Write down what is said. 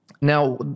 now